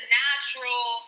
natural